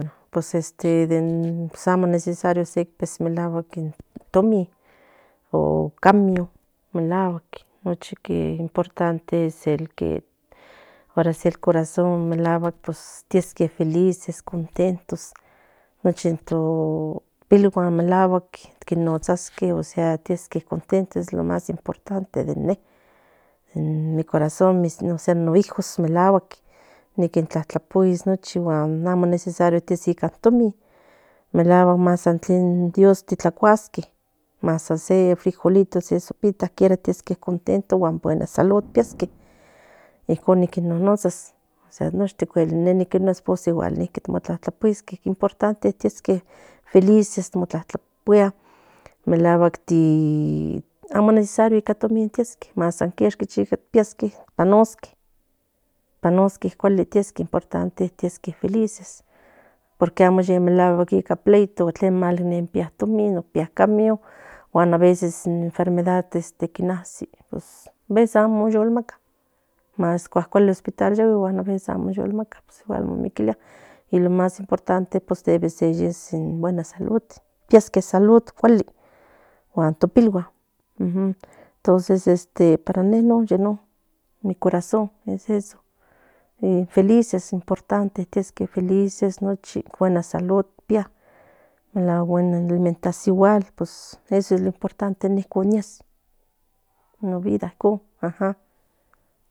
Pues amo necesario pias in tomi o camión melahuack nochi importante in corazón pues tiasque felices contentos nochi no pilguan tiasque contentos es lo más importante no corazón no hijos nochi amo necesario pias in tomi melaguack dios tlacuaque se frijolito tiasque contentos ne notas ni esposa importante tiasque felices melaguack amo necesario tomis pía quiesqui felices que amo ni ca pleyto pía tomin camión aveces in enfermedad inaci más cualcali hospital cuali salud y no pilguan para ne non mi corazón es eso felices es importante nochi buena salud nipia alimemtavion eso es lo importante nies no vida ikom